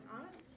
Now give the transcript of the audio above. Arts